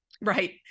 Right